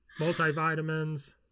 multivitamins